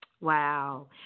Wow